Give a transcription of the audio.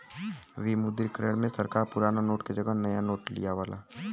विमुद्रीकरण में सरकार पुराना नोट के जगह नया नोट लियावला